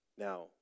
Now